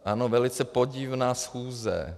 Ano, velice podivná schůze.